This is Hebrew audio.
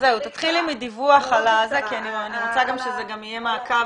תתחילי בדיווח כי אני רוצה שזה יהיה מעקב